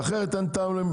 אחרת אין טעם.